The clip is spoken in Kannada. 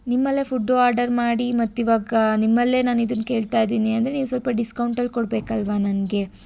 ನಿಮ್ಮಲ್ಲೇ ಫುಡ್ ಆರ್ಡರ್ ಮಾಡಿ ಮತ್ತಿವಾಗ ನಿಮ್ಮಲ್ಲೇ ನಾನು ಇದನ್ನು ಕೇಳ್ತಾ ಇದ್ದೀನಿ ಅಂದರೆ ನೀವು ಸ್ವಲ್ಪ ಡಿಸ್ಕೌಂಟ್ ಕೊಡಬೇಕಲ್ವಾ ನನಗೆ